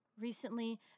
Recently